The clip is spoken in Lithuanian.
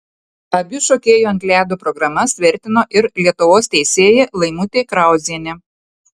abi šokėjų ant ledo programas vertino ir lietuvos teisėja laimutė krauzienė